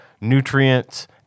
nutrients